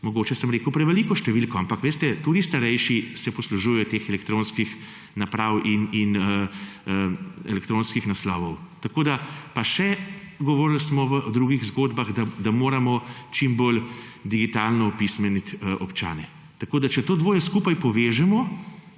mogoče sem rekel preveliko številko, ampak veste, tudi starejši se poslužujejo teh elektronskih naprav in elektronskih naslovov, pa še govorili smo v drugih zgodbah, da moramo čim bolj digitalno opismeniti občane. Tako da če to dvoje skupaj povežemo,